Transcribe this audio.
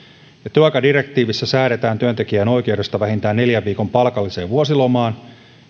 työaikadirektiivissä säädetään työntekijän oikeudesta vähintään neljän viikon palkalliseen vuosilomaan